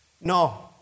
No